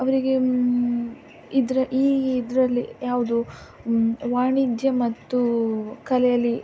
ಅವರಿಗೆ ಇದರ ಈ ಇದರಲ್ಲಿ ಯಾವುದು ವಾಣಿಜ್ಯ ಮತ್ತು ಕಲೆಯಲ್ಲಿ